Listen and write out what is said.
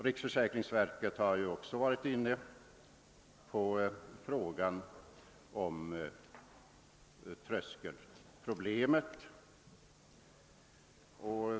Riksförsäkringsverket har även varit inne på frågan om tröskelproblemet.